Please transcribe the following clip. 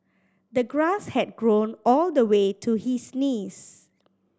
the grass had grown all the way to his knees